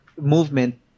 movement